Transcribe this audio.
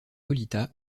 lolita